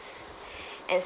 and